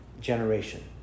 generation